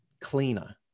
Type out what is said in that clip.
cleaner